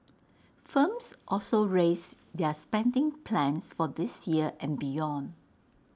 firms also raised their spending plans for this year and beyond